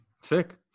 Sick